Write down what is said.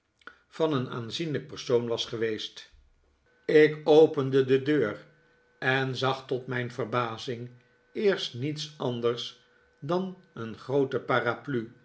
van een aanzienlijk persoon was geweest ik opende de deur en zag tot mijn verbazihg eerst niets anders dan een groote paraplu